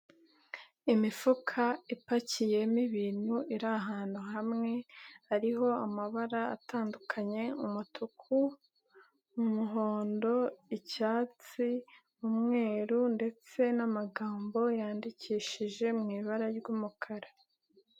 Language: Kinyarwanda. Imifuka ipakiyemo ibintu iri ahantu hamwe hariho amabara atandukanye: umutuku, umuhondo, icyatsi, umweru ndetse n'amagambo yandikishije mu ibara ry'umukara.